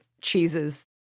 cheeses